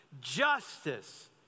Justice